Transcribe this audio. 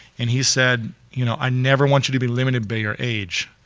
and he said you know i never want you to be limited by your age,